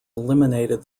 eliminated